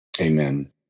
Amen